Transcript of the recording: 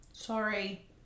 Sorry